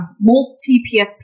multi-PSP